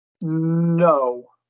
No